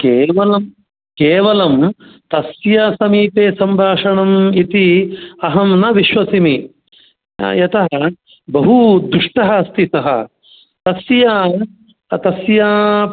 केवलं केवलं तस्य समीपे सम्भाषणं इति अहं न विश्वसिमि यथा बहुदुष्टः अस्ति सः तस्य तस्य